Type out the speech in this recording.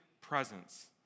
presence